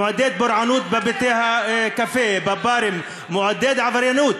מעודד פורענות בבתי-הקפה, בברים, מעודד עבריינות.